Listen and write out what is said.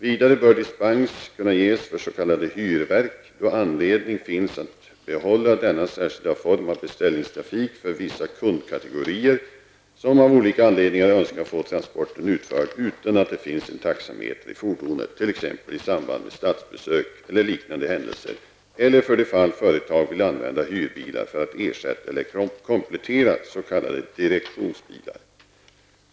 Vidare bör dispens kunna ges för s.k. hyrverk, då anledning finns att behålla denna särskilda form av beställningstrafik för vissa kundkategorier som av olika anledningar önskar få transporten utförd utan att det finns en taxameter i fordonet, t.ex. i samband med statsbesök eller liknande händelser eller för de fall företag vill använda hyrbilar för att ersätta eller komplettera s.k. direktionsbilar.